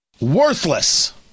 worthless